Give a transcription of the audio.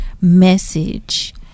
message